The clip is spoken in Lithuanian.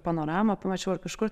panoramą pamačiau ar kažkur